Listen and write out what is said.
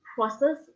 process